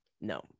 No